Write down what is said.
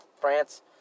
France